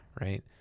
Right